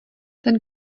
ten